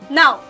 now